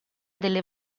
delle